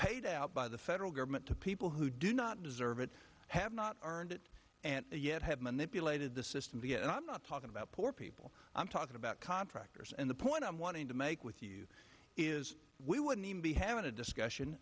paid out by the federal government to people who do not deserve it have not earned it and yet have manipulated the system to get and i'm not talking about poor people i'm talking about contractors and the point i'm wanting to make with you is we wouldn't even be having a discussion